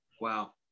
Wow